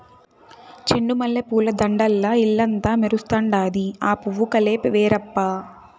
చెండు మల్లె పూల దండల్ల ఇల్లంతా మెరుస్తండాది, ఆ పూవు కలే వేరబ్బా